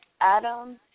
Adam